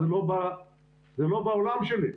זה לא בעולם שלי.